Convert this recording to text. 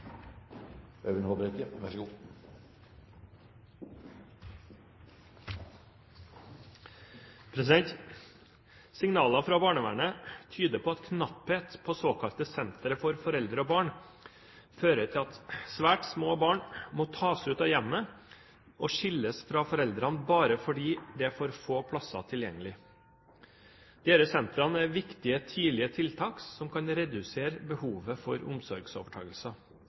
barn fører til at svært små barn må tas ut av hjemmet og skilles fra foreldre bare fordi det er for få plasser tilgjengelig. Disse sentrene er viktige tidlige tiltak som kan redusere behovet for omsorgsovertakelser.